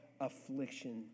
affliction